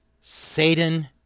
Satan